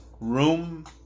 room